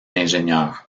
l’ingénieur